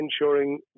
ensuring